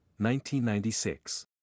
1996